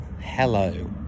hello